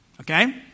okay